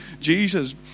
Jesus